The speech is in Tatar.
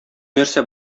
нәрсә